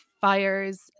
fires